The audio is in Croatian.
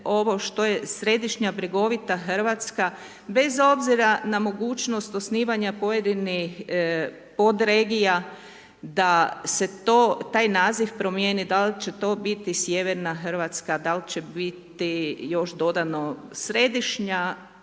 ovo što je središnja brjegovita Hrvatska, bez obzira na mogućnost osnivanja pojedinih pod regija da se taj naziv promijeni, da li će to biti sjeverna Hrvatska, da li će biti još dodano središnja